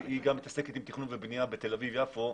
שהיא גם מתעסקת בתכנון ובנייה בתל אביב-יפו,